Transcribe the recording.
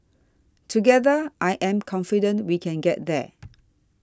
together I am confident we can get there